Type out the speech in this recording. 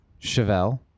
Chevelle